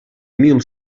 mil